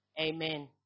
Amen